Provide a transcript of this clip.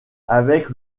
avec